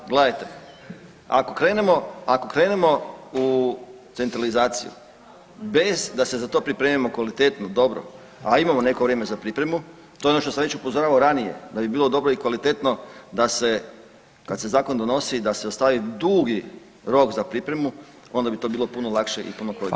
Ali gledajte ako krenemo u centralizaciju bez da se za to pripremimo kvalitetno, dobro a imamo neko vrijeme za pripremu, to je ono što sam već upozoravao ranije da bi bilo dobro i kvalitetno da se kad se zakon donosi da se ostavi dugi rok za pripremu, onda bi to bilo puno lakše i puno kvalitetnije.